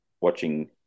watching